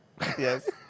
Yes